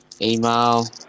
email